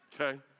okay